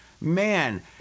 Man